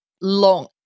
long